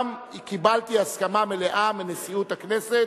גם קיבלתי הסכמה מלאה מנשיאות הכנסת